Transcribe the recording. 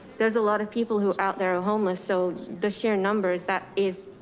there's a lot of people who out there are homeless. so the sheer numbers that is,